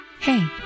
Hey